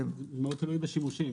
תלוי בשימושים.